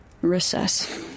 recess